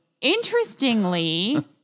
Interestingly